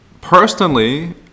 personally